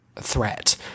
threat